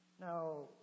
Now